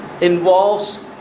involves